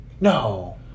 no